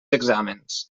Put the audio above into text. exàmens